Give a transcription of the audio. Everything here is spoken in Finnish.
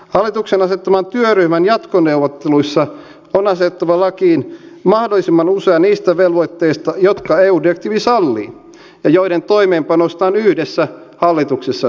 hallituksen asettaman työryhmän jatkoneuvotteluissa on asetettava lakiin mahdollisimman usea niistä velvoitteista jotka eu direktiivi sallii ja joiden toimeenpanosta on yhdessä hallituksessa sovittu